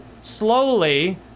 slowly